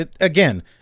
again